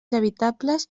habitables